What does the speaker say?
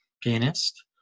pianist